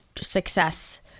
success